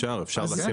אפשר לשים.